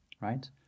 right